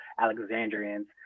Alexandrians